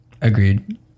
Agreed